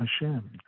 Hashem